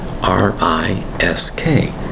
R-I-S-K